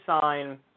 sign